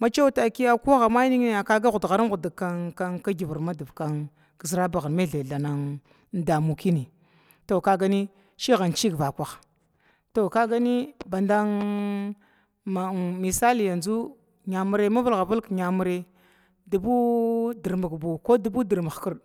macewa ko mai baniya to kaga ghad garu ghud givra madiv ki zərabaha to kagani ciganciga vakwaha, to kagani ba dan misali yamiri mavlga vilga ki namiri dubu dirmik buwa ko dirmik hkrd.